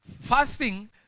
Fasting